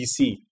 dc